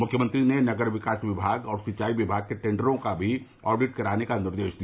मुख्यमंत्री ने नगर विकास विमाग और सिंचाई विमाग के टेंडरों का भी ऑडिट कराने का निर्देश दिया